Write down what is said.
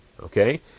Okay